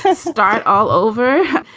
ah start all over.